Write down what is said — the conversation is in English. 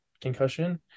concussion